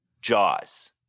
Jaws